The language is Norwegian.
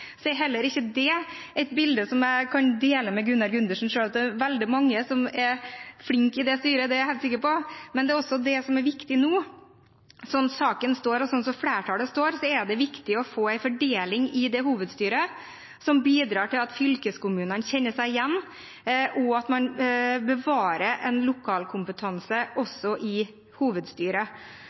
er heller ikke det et bilde som jeg kan dele med Gunnar Gundersen, selv om det er veldig mange som er flinke i det styret, det er jeg helt sikker på. Slik saken står, og som flertallet mener, er det viktig nå å få en fordeling i hovedstyret som bidrar til at fylkeskommunene kjenner seg igjen, og at man bevarer en lokalkompetanse også i hovedstyret.